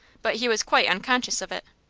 but he was quite unconscious of it.